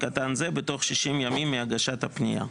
קטן זה בתוך 60 ימים מהגשת הפנייה".